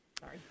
sorry